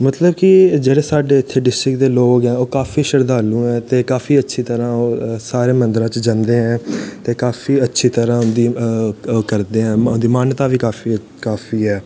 मतलव कि जेह्ड़े साढ़े इत्थें डिस्टिक दे लोग ऐं ओह् काफी श्रध्दालु ऐं ते काफी अच्छी तरह ओह् सारे मन्दरां च जंदे ऐं ते काफी अच्छी तरह उं'दी ओह् करदे ऐं उं'दी मान्यदा बी काफी ऐ